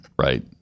Right